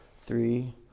three